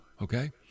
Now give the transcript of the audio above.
Okay